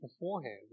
beforehand